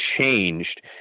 changed